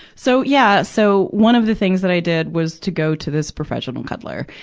so, yeah. so, one of the things that i did was to go to this professional cuddler.